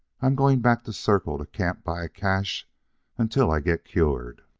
i'm going back to circle to camp by a cache until i get cured.